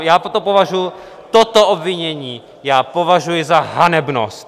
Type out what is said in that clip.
Já toto považuji, toto obvinění já považuji za hanebnost.